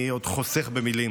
אני עוד חוסך במילים.